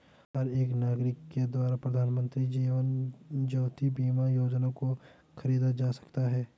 हर एक नागरिक के द्वारा प्रधानमन्त्री जीवन ज्योति बीमा योजना को खरीदा जा सकता है